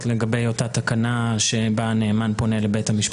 לגבי אותה תקנה בה הנאמן פונה לבית המשפט.